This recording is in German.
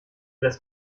des